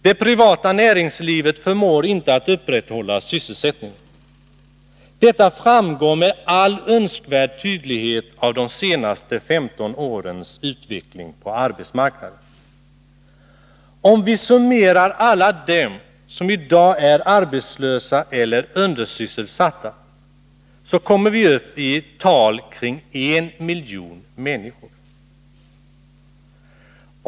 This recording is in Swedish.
Det privata näringslivet förmår inte att upprätthålla sysselsättningen. Detta framgår med all önskvärd tydlighet av de senaste 15 årens utveckling på arbetsmarknaden. Om vi summerar alla dem som i dag är arbetslösa eller undersysselsatta, så kommer vi upp i tal kring en miljon människor.